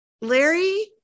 Larry